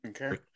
Okay